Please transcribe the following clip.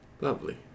lovely